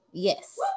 Yes